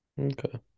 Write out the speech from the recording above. Okay